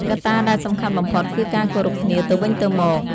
កត្តាដែលសំខាន់បំផុតគឺការគោរពគ្នាទៅវិញទៅមក។